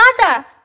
Mother